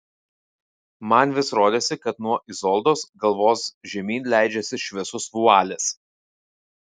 man vis rodėsi kad nuo izoldos galvos žemyn leidžiasi šviesus vualis